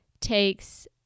takes